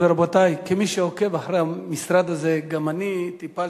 רבותי, כמי שעוקב אחרי המשרד הזה, גם אני טיפלתי,